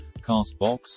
CastBox